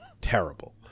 Terrible